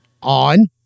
on